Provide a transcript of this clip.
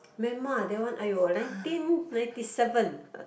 Myanmar that one aiyo nineteen ninety seven